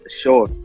sure